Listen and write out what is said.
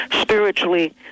Spiritually